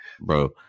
Bro